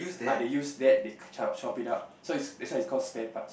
ah they use that they chop chop it up so it's that's why it's called spare part